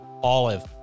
Olive